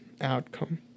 outcome